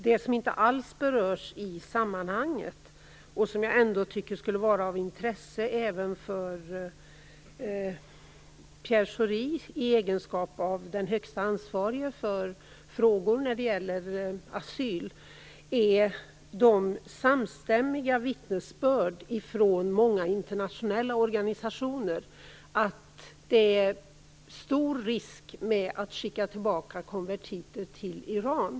Det som inte alls berörs i sammanghanget och som jag tycker skulle vara av intresse även för Pierre Schori i egenskap av högste ansvarige för frågor som gäller asyl, är de samstämmiga vittnesbörd som kommit från många internationella organisationer om att det är stora risker förknippade med att skicka tillbaka konvertiter till Iran.